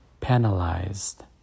penalized